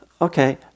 okay